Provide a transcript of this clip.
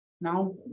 now